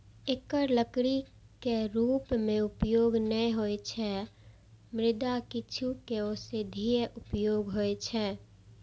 एकर लकड़ी के रूप मे उपयोग नै होइ छै, मुदा किछु के औषधीय उपयोग होइ छै